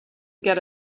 get